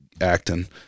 acting